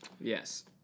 Yes